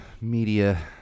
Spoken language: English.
media